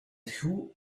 who